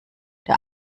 der